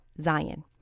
Zion